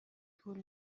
طول